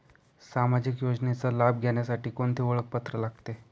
सामाजिक योजनेचा लाभ घेण्यासाठी कोणते ओळखपत्र लागते?